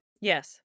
Yes